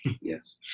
Yes